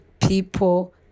people